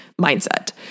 mindset